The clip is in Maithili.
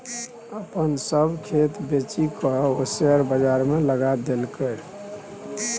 अपन सभ खेत बेचिकए ओ शेयर बजारमे लगा देलकै